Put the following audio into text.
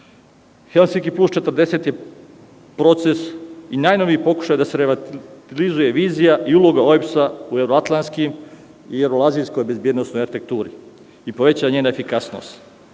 kraja. Helsinki plus 40 je proces i najnoviji pokušaj da se relativizuje vizija i uloga OEBS-a u evroatlanskim i evroazijskoj bezbednosnoj efekturi i poveća njena efikasnost.